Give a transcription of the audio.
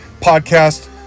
podcast